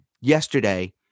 yesterday